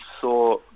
saw